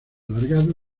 alargado